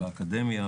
באקדמיה,